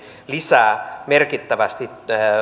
lisää merkittävästi